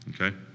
okay